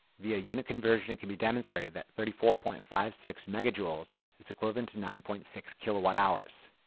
via unit conversion, it can be demonstrated that thirty four point five six megajoules is equivalent to nine point six kilowatt hours.